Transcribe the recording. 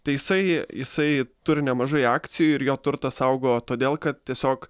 tai jisai jisai turi nemažai akcijų ir jo turtą saugo todėl kad tiesiog